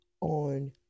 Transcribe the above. on